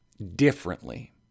differently